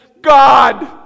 God